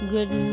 Good